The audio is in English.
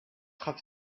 have